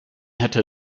hätte